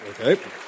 Okay